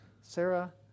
Sarah